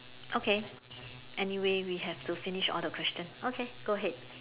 okay anyway we have to finish all the question okay go ahead